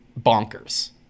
bonkers